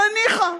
ניחא.